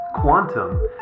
Quantum